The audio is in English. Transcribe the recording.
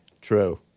true